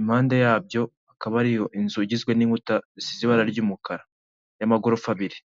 Impande ya byo akaba ariyo inzu igizwe n'inkuta zisize ibara ry'umukara y'amagorofa abiri.